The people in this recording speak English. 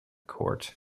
court